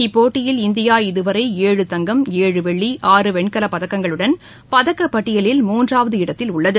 இப்போட்டியில் இந்தியா இதுவரை ஏழு தங்கம் ஏழு வெள்ளி ஆறு வெண்கலப் பதக்கங்களுடன் பதக்கப்பட்டியலில் மூன்றாவது இடத்தில் உள்ளது